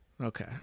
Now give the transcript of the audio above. Okay